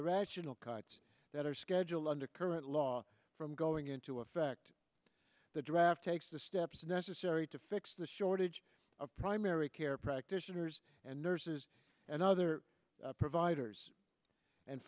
irrational cuts that are scheduled under current law from going into effect the draft takes the steps necessary to fix the shortage of primary care practitioners and nurses and other providers and